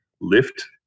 lift